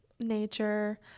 nature